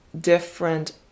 different